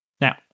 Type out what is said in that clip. Now